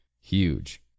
huge